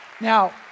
Now